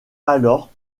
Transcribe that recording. alors